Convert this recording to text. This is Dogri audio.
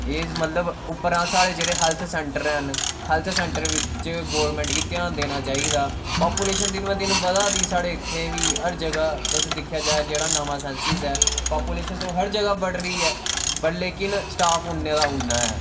एह् मतलब उपपरां जेह्ड़े हैल्थ सेंटर ऐ न हैल्थ सेंटर बिच्च गोर्मेंट गी ध्यान देना चाहिदा पापुलेशन दिन वा दिन बधा दी साढ़े इत्थे बी हर जगहा तुस दिक्खेआ जाए जेह्ड़ा नमां सेनसिस ऐ पापुलेशन तो हर जगहा बड़ रही ऐ लेकिन स्टाफ उ'न्ने दा उ'न्ना ही ऐ